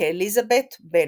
כאליזבת בנט.